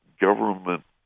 government